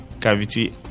cavity